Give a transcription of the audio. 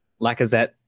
Lacazette